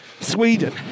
Sweden